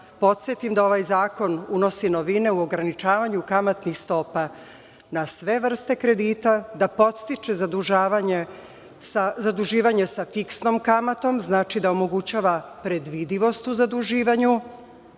podsetim da ovaj zakon unosi novine u ograničavanju kamatnih stopa na sve vrste kredita, da podstiče zaduživanje sa fiksnom kamatom, znači da omogućava predvidivost u zaduživanju